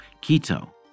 Quito